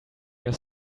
your